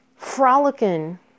frolicking